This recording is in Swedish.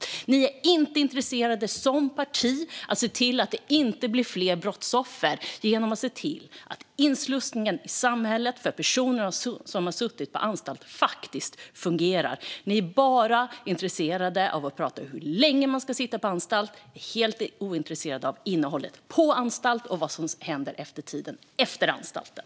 Ni som parti är inte intresserade av att se till att det inte blir fler brottsoffer genom att se till att inslussningen i samhället för personer som suttit på anstalt faktiskt fungerar. Ni är bara intresserade av att prata om hur länge man ska sitta på anstalt. Ni är helt ointresserade av innehållet på anstalten och vad som händer under tiden efter anstalten.